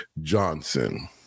Johnson